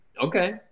okay